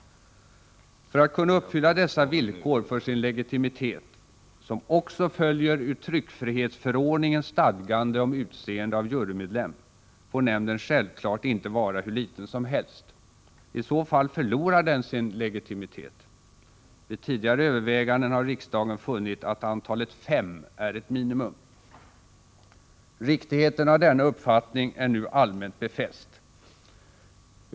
För att kunna uppfylla dessa villkor för sin legitimitet — som också följer ur tryckfrihetsförordningens stadgande om utseende av jurymedlem — får nämnden självklart inte vara hur liten som helst. I så fall förlorar den sin legitimitet. Vid tidigare överväganden har riksdagen funnit att antalet fem är ett minimum. Riktigheten av denna uppfattning är nu allmänt befäst.